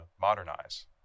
modernize